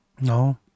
No